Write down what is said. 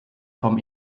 vom